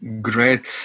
Great